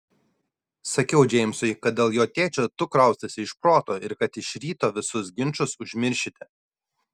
sakiau džeimsui kad dėl jo tėčio tu kraustaisi iš proto ir kad iš ryto visus ginčus užmiršite